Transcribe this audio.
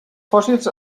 fòssils